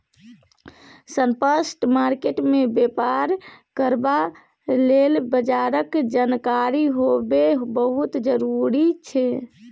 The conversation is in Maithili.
स्पॉट मार्केट मे बेपार करबा लेल बजारक जानकारी होएब बहुत जरूरी छै